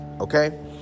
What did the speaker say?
Okay